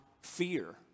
fear